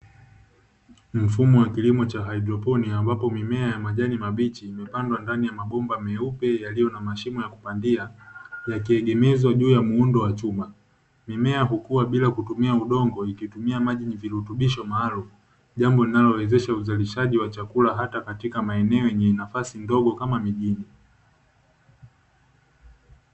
Mfumo wa kilimo cha hydroponi ambapo mimea ya majani mabichi imepandwa ndani ya magoba meupe yaliyo na mashimo ya kupandia, yakiegemezwa juu ya muundo wa chuma. Mimea hukua bila kutumia udongo ikitumia maji na virutubisho maalumu. Jambo linawezesha uzalishaji wa chakula hata katika maeneo yenye nafasi ndogo kama miji.